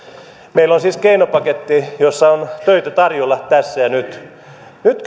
meillä on siis keinopaketti jossa on töitä tarjolla tässä ja nyt nyt